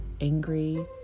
angry